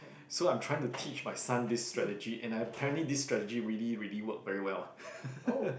so I'm trying to teach my son this strategy and apparently this strategy really really work very well